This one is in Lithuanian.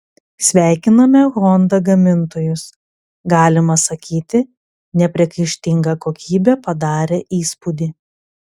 sveikiname honda gamintojus galima sakyti nepriekaištinga kokybė padarė įspūdį